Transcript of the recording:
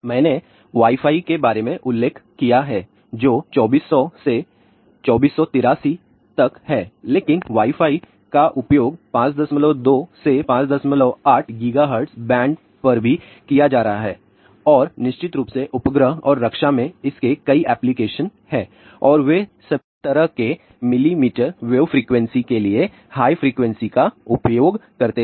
मैंने wifi के बारे में उल्लेख किया है जो 2400 से 2483 तक है लेकिन वाई फाई का उपयोग 52 से 58 गीगाहर्ट्ज बैंड पर भी किया जा रहा है और निश्चित रूप से उपग्रह और रक्षा में इसके कई एप्लीकेशन हैं और वे सभी तरह के मिलीमीटर वेव फ्रीक्वेंसी के लिए हाई फ्रिकवेंसी का उपयोग करते हैं